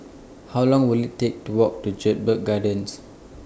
How Long Will IT Take to Walk to Jedburgh Gardens